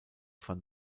van